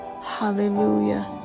hallelujah